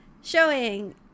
showing